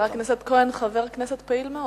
חבר הכנסת כהן חבר כנסת פעיל מאוד.